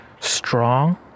strong